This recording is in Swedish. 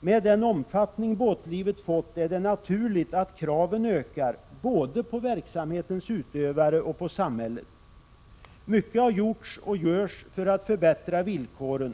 Med den omfattning båtlivet har fått är det naturligt att kraven ökar både på verksamhetens utövare och på samhället. Mycket har gjorts och görs för att förbättra villkoren.